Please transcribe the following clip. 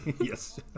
Yes